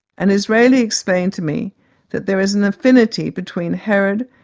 and israeli explained to me that there is an affinity between herod,